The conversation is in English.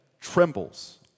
trembles